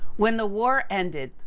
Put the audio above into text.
when the war ended,